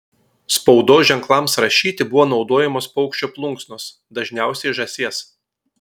spaudos ženklams rašyti buvo naudojamos paukščio plunksnos dažniausiai žąsies